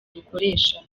dukoresha